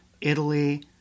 Italy